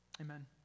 amen